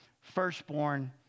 Firstborn